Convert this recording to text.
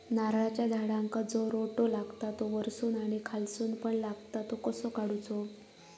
नारळाच्या झाडांका जो रोटो लागता तो वर्सून आणि खालसून पण लागता तो कसो काडूचो?